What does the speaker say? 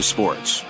Sports